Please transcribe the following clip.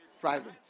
Private